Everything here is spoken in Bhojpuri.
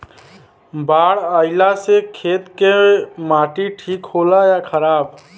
बाढ़ अईला से खेत के माटी ठीक होला या खराब?